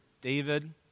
David